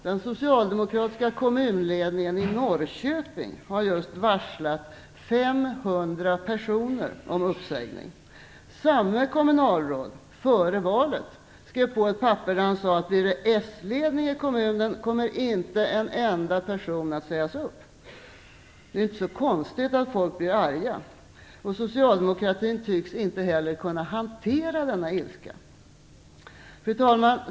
Den socialdemokratiska kommunledningen i Norrköping har just varslat 500 personer om uppsägning. Samme kommunalråd skrev före valet på ett papper där han sade, att om det blir s-ledning i kommunen kommer inte en enda person att sägas upp. Det är inte så konstigt att folk blir arga. Socialdemokraterna tycks heller inte kunna hantera denna ilska. Fru talman!